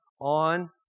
on